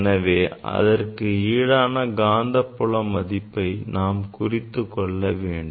எனவே இதற்கு ஈடான காந்தப்புல மதிப்பை நாம் குறித்துக்கொள்ள வேண்டும்